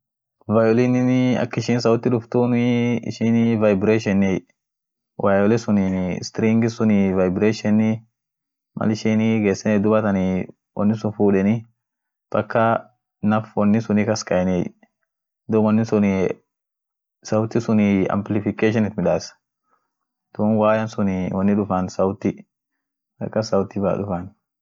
Gitanii ak ishin sauti ishia duftuun. gita daan ishinenii waya suut vibretai. dubatan wo wayan sun vibreteetuu distabance dufaan kileesiit. dubatan sautin sun yote gar guraat inama dufti. duum ak saud wevi akas duft. ak saud wevi akas duftie ,duum ak ishin midaasit vibration iyo amplification. iyo fets